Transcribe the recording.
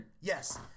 Yes